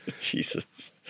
Jesus